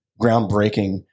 groundbreaking